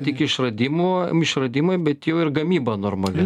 tik išradimų išradimai bet jau ir gamyba normali